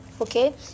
okay